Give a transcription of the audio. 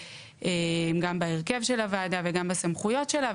גם בהרכב של הוועדה וגם בסמכויות שלה,